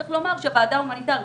צריך לומר שהוועדה ההומניטארית,